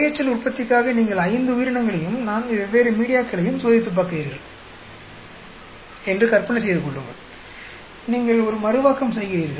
AHL உற்பத்திக்காக நீங்கள் ஐந்து உயிரினங்களையும் நான்கு வெவ்வேறு மீடியாக்களையும் சோதித்துப் பார்க்கிறீர்கள் என்று கற்பனை செய்து கொள்ளுங்கள் நீங்கள் ஒரு மறுவாக்கம் செய்கிறீர்கள்